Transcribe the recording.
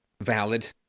valid